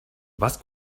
was